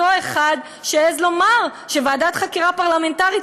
אותו אחד שהעז לומר שוועדת חקירה פרלמנטרית